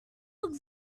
looks